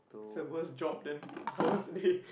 it's a worse job then ours